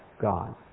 God